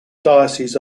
diocese